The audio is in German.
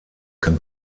kann